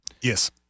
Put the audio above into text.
Yes